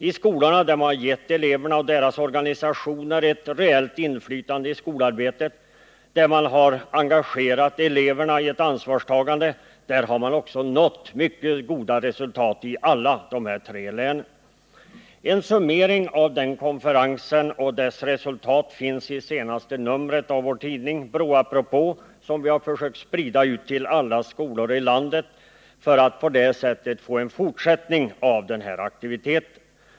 I skolor där man givit elever och deras organisationer ett reellt inflytande i skolarbetet, där man engagerat eleverna i ett ansvarstagande, där har man också nått mycket goda resultat i alla de tre angivna länen. En summering av den nämnda konferensen och dess resultat finns i senaste numret av vår tidning, BRÅ-apropå, som vi försökt sprida till alla skolor i landet för att på det sättet få en fortsättning av den här aktiviteten.